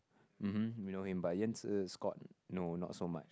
mm hmm we know him but Yan Zi's scored no not so much